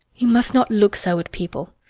you must not look so at people.